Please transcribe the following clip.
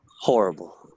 Horrible